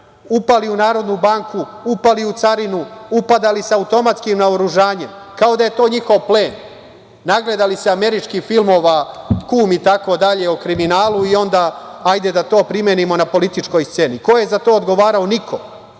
u Narodnu banku, upali u carinu, upadali sa automatskim naoružanjem, kao da je to njihov plen. Nagledali se američkih filmova, „Kum“ itd, o kriminalu, i onda hajde da to primenimo na političkoj sceni. Ko je za to odgovarao? Niko.